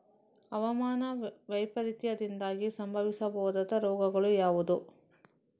ಹವಾಮಾನ ವೈಪರೀತ್ಯದಿಂದಾಗಿ ಸಂಭವಿಸಬಹುದಾದ ರೋಗಗಳು ಯಾವುದು?